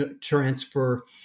transfer